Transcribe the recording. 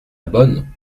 bonne